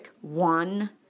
one